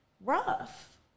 rough